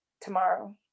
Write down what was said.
tomorrow